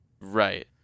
right